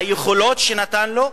ביכולות שהוא נתן לו,